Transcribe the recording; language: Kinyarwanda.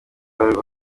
wari